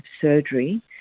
surgery